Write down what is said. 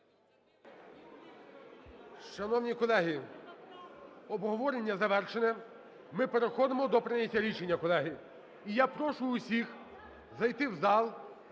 Шановні колеги, обговорення завершене. Ми переходимо до прийняття рішення, колеги. І я прошу всіх зайти в зал